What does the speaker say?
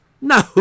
No